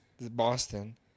Boston